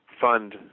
fund